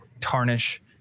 tarnish